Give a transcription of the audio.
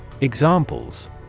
Examples